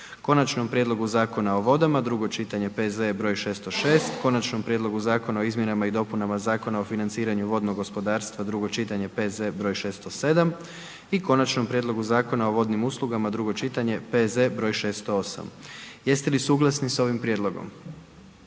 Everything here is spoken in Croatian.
Konačnom prijedlogu Zakona o vodama, drugo čitanje, P.Z.E. broj 606, - Konačnom prijedlogu Zakona o izmjenama i dopunama Zakona o financiranju vodnog gospodarstva, drugo čitanje, P.Z. broj 607 i - Konačnom prijedlogu Zakona o vodnim uslugama, drugo čitanje, P.Z. broj 608. Jeste li suglasni s ovim prijedlogom?